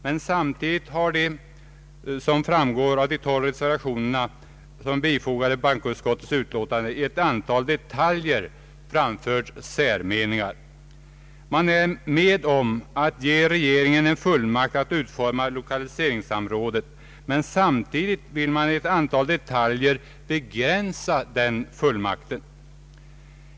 Men samtidigt har de, såsom framgår av de tolv reservationer som är fogade till bankoutskottets utlåtande, i ett antal detaljer framfört särmeningar. Man är med om att ge regeringen en fullmakt att utforma lokaliseringssamrådet, men samtidigt vill man i ett antal detaljer begränsa denna fullmakt.